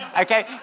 Okay